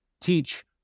teach